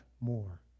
more